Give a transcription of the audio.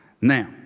Now